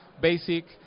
basic